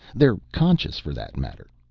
they're conscious. for that matter,